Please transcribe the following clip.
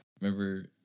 Remember